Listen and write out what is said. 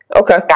okay